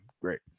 Great